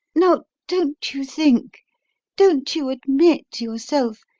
now, don't you think don't you admit, yourself,